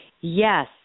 Yes